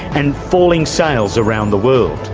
and falling sales around the world.